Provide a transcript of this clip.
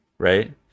right